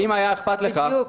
בדיוק.